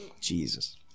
Jesus